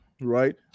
right